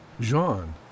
Jean